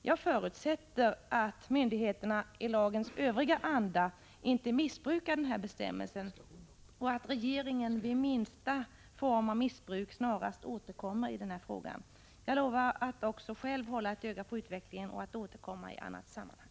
Jag förutsätter att myndigheterna följer lagens anda och inte missbrukar den här bestämmelsen och att regeringen vid minsta form av missbruk snarast återkommer i frågan. Jag lovar att själv hålla ett öga på utvecklingen och att återkomma i annat sammanhang.